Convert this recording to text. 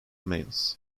males